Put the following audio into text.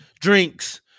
drinks